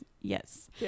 Yes